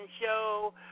Show